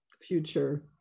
future